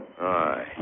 Aye